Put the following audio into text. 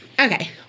Okay